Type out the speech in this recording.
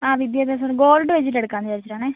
ആ വിദ്യാഭ്യാസ loan gold വെച്ചിട്ട് എടുക്കാമെന്ന് വിചാരിച്ചിട്ടാണേ